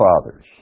fathers